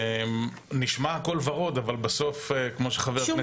נשמע הכל ורוד אבל בסוף כמו שחבר הכנסת